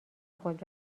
خود